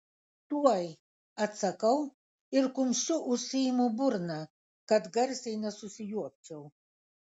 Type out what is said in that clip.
tuoj atsakau ir kumščiu užsiimu burną kad garsiai nesusijuokčiau